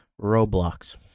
Roblox